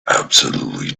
absolutely